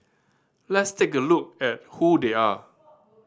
let's take a look at who they are